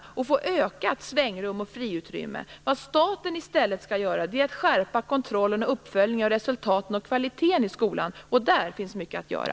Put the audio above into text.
Därmed får de ökat svängrum och friutrymme. Vad staten skall göra är att skärpa kontrollen och uppföljningen av resultaten och kvaliteten i skolan. Och där finns mycket att göra.